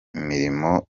imirimo